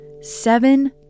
seven